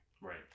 Right